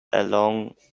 along